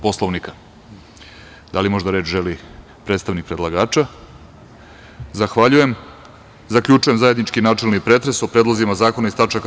Poslovnika? (Ne) Da li možda reč želi predstavnik predlagača? (Ne) Zaključujem zajednički načelni pretres o predlozima zakona iz tač.